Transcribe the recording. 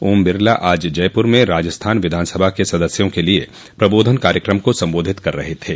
ओम बिरला आज जयपुर में राजस्थान विधानसभा के सदस्यों के लिए प्रबोधन कार्यक्रम को संबोधित कर रहे थे